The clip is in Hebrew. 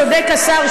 צודק השר,